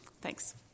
Thanks